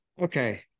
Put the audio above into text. Okay